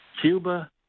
Cuba